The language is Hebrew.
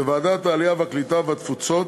בוועדת העלייה, הקליטה והתפוצות,